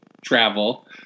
travel